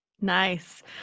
Nice